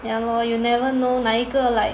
ya lor you never know 哪一个 like